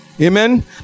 amen